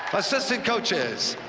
assistant coaches,